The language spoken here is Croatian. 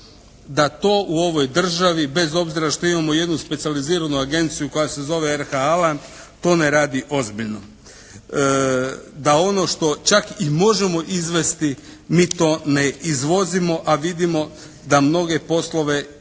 da to u ovoj državi bez obzira što imamo jednu specijaliziranu agenciju koja se zove "RH-Alan" to ne radi ozbiljno, da ono što čak i možemo izvesti mi to ne izvozimo. A vidimo da mnoge poslove ispred